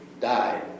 died